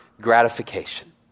gratification